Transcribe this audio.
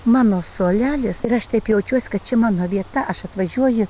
mano suolelis ir aš taip jaučiuosi kad čia mano vieta aš atvažiuoju